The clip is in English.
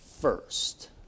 first